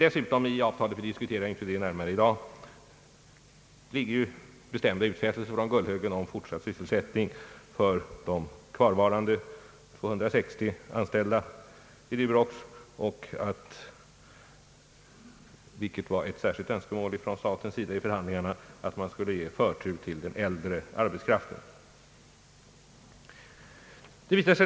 Dessutom finns i avtalet — vi diskuterar inte det närmare i dag — bestämda utfästelser av Gullhögen om fortsatt sysselsättning för de kvarvarande 260 anställda i Durox och — vilket var ett särskilt önskemål från statens sida i förhandlingarna — förtur för den äldre arbetskraften.